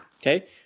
Okay